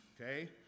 okay